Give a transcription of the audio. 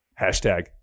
Hashtag